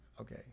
Okay